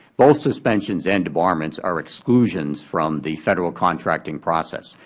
both suspensions and debarments are exclusions from the federal contracting process.